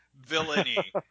villainy